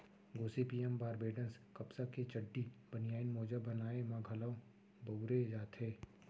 Gossypium barbadense कपसा के चड्डी, बनियान, मोजा बनाए म घलौ बउरे जाथे